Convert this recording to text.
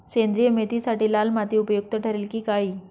सेंद्रिय मेथीसाठी लाल माती उपयुक्त ठरेल कि काळी?